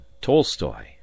Tolstoy